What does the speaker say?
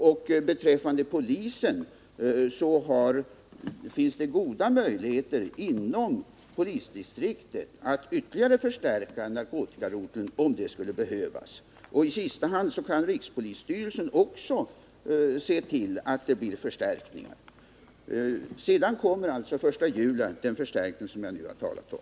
Inom polisdistriktet har polisen vidare goda möjligheter att ytterligare förstärka narkotikaroteln, om det skulle behövas, och i sista hand kan rikspolisstyrelsen se till att det blir en förstärkning. Sedan kommer alltså den 1 juli den förstärkning som jag har talat om.